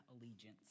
allegiance